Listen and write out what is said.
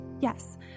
Yes